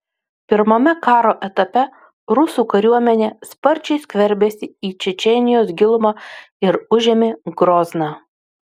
pirmame karo etape rusų kariuomenė sparčiai skverbėsi į čečėnijos gilumą ir užėmė grozną